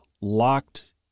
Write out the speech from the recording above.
locked